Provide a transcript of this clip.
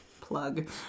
Plug